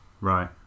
Right